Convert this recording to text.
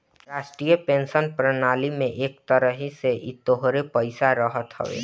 राष्ट्रीय पेंशन प्रणाली में एक तरही से इ तोहरे पईसा रहत हवे